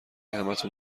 همتون